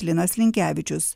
linas linkevičius